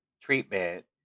treatment